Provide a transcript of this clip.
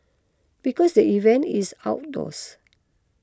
because the event is outdoors